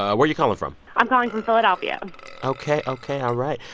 ah where are you calling from? i'm calling from philadelphia ok. ok. all right.